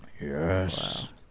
Yes